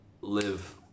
live